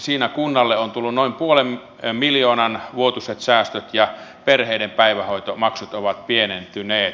siinä kunnalle on tullut noin puolen miljoonan vuotuiset säästöt ja perheiden päivähoitomaksut ovat pienentyneet